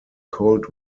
cold